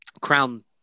crown